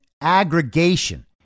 aggregation